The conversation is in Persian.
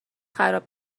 خراب